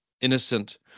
innocent